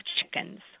chickens